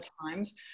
times